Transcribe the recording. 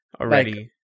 already